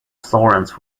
florence